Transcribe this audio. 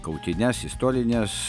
kautynes istorines